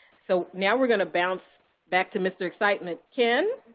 so now, we're going to bounce back to mr. excitement. ken,